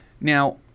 Now